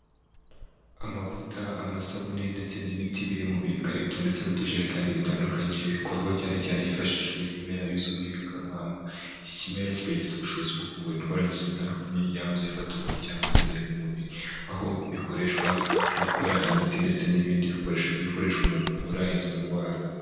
Amavuta, amasabune ndetse n'imiti biri mu bikarito ndetse n'utujerekani bitandukanye, bikorwa cyane cyane hifashishwijwe ibimera bizwi nk'ibikakarubamba, iki kimera kikaba gifite ubushobozi bwo kuvura indwara zitandukanye, yaba zifata uruhu cyangwa z'imbere mu mubiri, aho bikoreshwa mu gukora imiti ndetse n'ibindi bikoresho bikoreshwa mu kuvura izo ndwara.